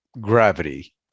gravity